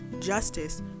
justice